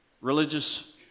religious